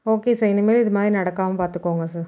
okay sir இனிமேல் இது மாதிரி நடக்காமல் பார்த்துக்கோங்க சார்